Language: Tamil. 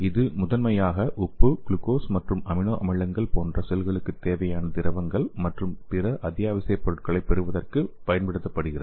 இது முதன்மையாக உப்பு குளுக்கோஸ் மற்றும் அமினோ அமிலங்கள் போன்ற செல்களுக்குத் தேவையான திரவங்கள் மற்றும் பிற அத்தியாவசியப் பொருள்களைப் பெறுவதற்குப் பயன்படுத்தப்படுகிறது